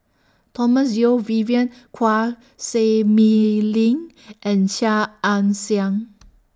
Thomas Yeo Vivien Quahe Seah Mei Lin and Chia Ann Siang